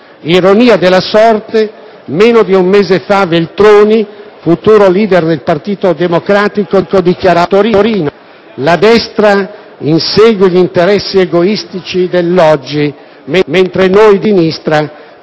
Ironia della sorte, meno di un mese fa, Veltroni, futuro *leader* del Partito Democratico, dichiarava a Torino che la destra insegue gli interessi egoistici dell'oggi, mentre la sinistra